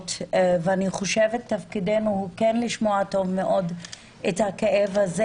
המשפחות ואני חושבת שתפקידנו הוא כן לשמוע טוב מאוד את הכאב הזה